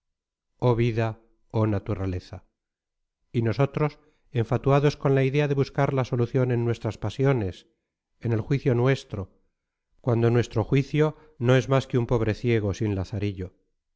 oh vida oh naturaleza y nosotros enfatuados con la idea de buscar la solución en nuestras pasiones en el juicio nuestro cuando nuestro juicio no es más que un pobre ciego sin lazarillo